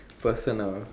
personal